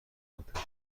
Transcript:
آتش